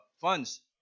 funds